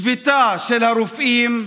שביתה של הרופאים,